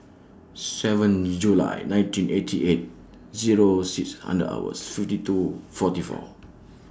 seven July nineteen eighty eight Zero six and hours fifty two forty four